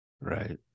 Right